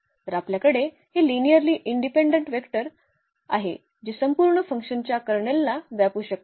तर आपल्याकडे हे लिनियर्ली इनडिपेंडंट वेक्टर आहे जे संपूर्ण F च्या कर्नेलला व्यापू शकते